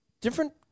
Different